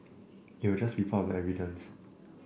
it will just be part of the evidence